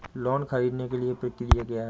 Loan ख़रीदने के लिए प्रक्रिया क्या है?